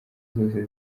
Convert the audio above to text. zose